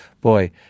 boy